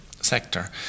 sector